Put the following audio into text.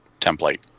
template